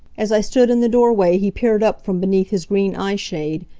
as i stood in the doorway he peered up from beneath his green eye-shade,